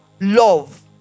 love